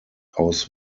aus